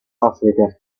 africa